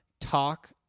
talk